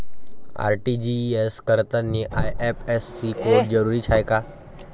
RTGS करतांनी IFSC code जरुरीचा हाय का?